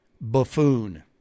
Buffoon